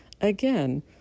again